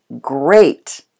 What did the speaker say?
great